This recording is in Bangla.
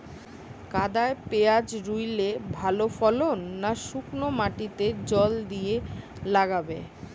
কাদায় পেঁয়াজ রুইলে ভালো ফলন না শুক্নো মাটিতে জল দিয়ে লাগালে?